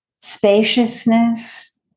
spaciousness